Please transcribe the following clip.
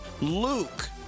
Luke